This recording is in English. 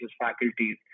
faculties